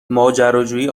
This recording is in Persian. ماجراجویی